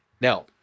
Now